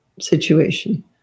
situation